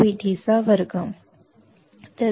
तर माझ्याकडे असेल 8